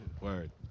word